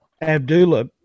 Abdullah